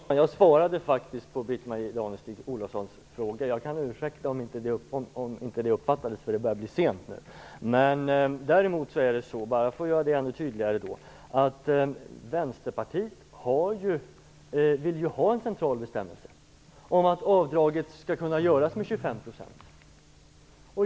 Herr talman! Jag svarade faktiskt på Britt-Marie Danestig-Olofssons fråga. Jag kan ursäkta om mitt svar inte uppfattades, eftersom det börjar bli sent. Låt mig göra det hela ännu tydligare. Vänsterpartiet vill ju ha en central bestämmelse om att avdraget skall kunna göras med 25 %.